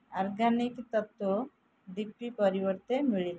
organic ତତ୍ତ୍ଵ D P ପରିବର୍ତ୍ତେ ମିଳିଲା